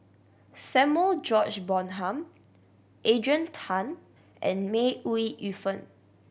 Samuel George Bonham Adrian Tan and May Ooi Yu Fen